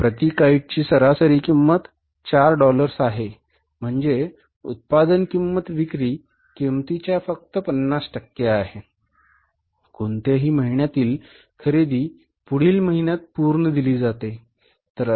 प्रति काईट ची सरासरी किंमत 4 डॉलर्स आहे म्हणजे उत्पादन किंमत विक्री किंमतीच्या फक्त 50 टक्के आहे कोणत्याही महिन्यातील खरेदी पुढील महिन्यात पूर्ण दिली जाते